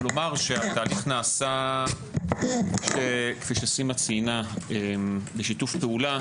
רק לומר שהתהליך נעשה בשיתוף פעולה.